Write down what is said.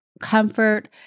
comfort